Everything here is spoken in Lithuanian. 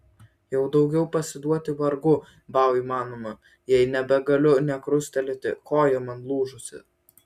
jau daugiau pasiduoti vargu bau įmanoma jei nebegaliu nė krustelėti koja man lūžusi